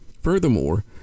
Furthermore